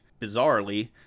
bizarrely